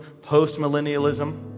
postmillennialism